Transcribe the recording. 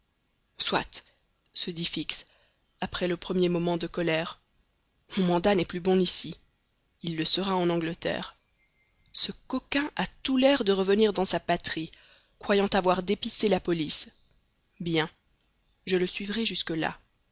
soit se dit fix après le premier moment de colère mon mandat n'est plus bon ici il le sera en angleterre ce coquin a tout l'air de revenir dans sa patrie croyant avoir dépisté la police bien je le suivrai jusque-là